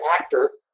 actor